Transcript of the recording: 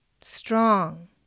strong